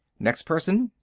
next person.